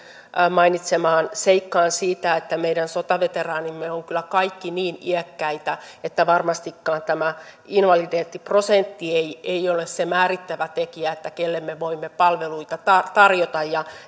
mainitsemaan seikkaan siitä että meidän sotaveteraanimme ovat kyllä kaikki niin iäkkäitä että varmastikaan tämä invaliditeettiprosentti ei ei ole se määrittävä tekijä siinä kenelle me voimme palveluita tarjota ja